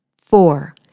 Four